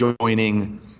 joining